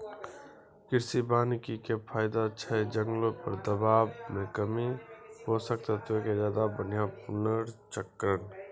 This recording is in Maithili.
कृषि वानिकी के फायदा छै जंगलो पर दबाब मे कमी, पोषक तत्वो के ज्यादा बढ़िया पुनर्चक्रण